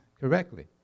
correctly